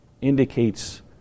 indicates